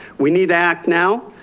we need to act now,